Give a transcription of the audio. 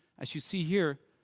as you see here,